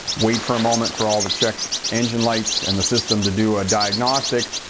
wait for a moment for all the check engine lights and the system to do a diagnostic,